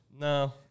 No